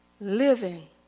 living